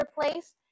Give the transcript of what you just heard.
place